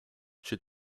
czy